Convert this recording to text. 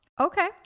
Okay